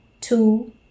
Two